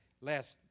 Last